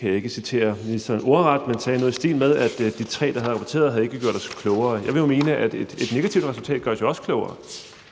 kan jeg ikke citere ministeren ordret, men ministeren sagde noget i stil med, at de tre, der var afrapporteret på, ikke havde gjort os klogere. Jeg vil jo mene, at et negativt resultat jo også gør os klogere,